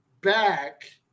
back